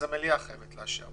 אז המליאה חייבת לאשר,